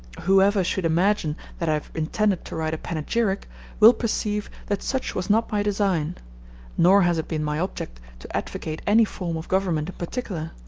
whoever should imagine that i have intended to write a panegyric will perceive that such was not my design nor has it been my object to advocate any form of government in particular,